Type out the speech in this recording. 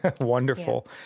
wonderful